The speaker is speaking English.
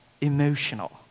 emotional